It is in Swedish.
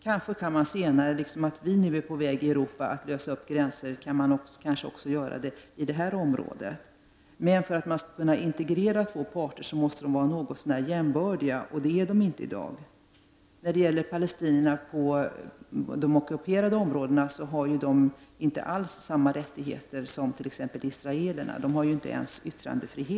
Kanske kan man senare — liksom vi i Europa är på väg att göra — lösa upp gränserna också i detta område. Men för att kunna integrera två parter måste de vara något så när jämbördiga, och det är de inte i dag. Palestinierna i de ockuperade områdena har inte alls samma rättigheter som t.ex. israelerna. De har inte ens yttrandefrihet.